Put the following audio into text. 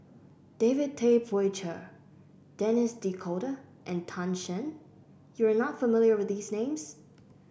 David Tay Poey Cher Denis D'Cotta and Tan Shen you are not familiar with these names